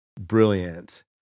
brilliant